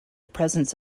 presence